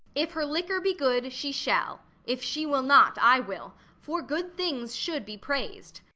if her liquor be good, she shall if she will not, i will for good things should be praised.